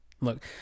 Look